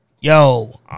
yo